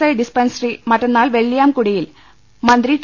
I dispensary മറ്റുന്നാൾ വെള്ളയാംകുടിയിൽ മന്ത്രി ടി